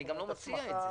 אני גם לא מציע את זה.